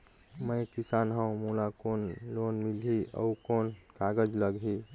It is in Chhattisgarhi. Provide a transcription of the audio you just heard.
मैं किसान हव मोला कौन लोन मिलही? अउ कौन कागज लगही?